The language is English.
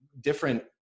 different